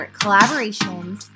collaborations